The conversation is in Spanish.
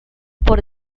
por